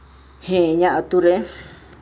ᱦᱮᱸ ᱤᱧᱟᱹᱜ ᱟᱹᱛᱩ ᱨᱮ